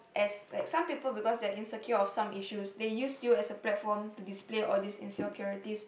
as some people because they insecure of some issues they use you as a platform to display all these insecurities